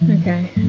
Okay